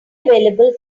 available